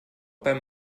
beim